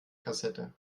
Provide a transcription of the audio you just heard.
kassette